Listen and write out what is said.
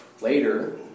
later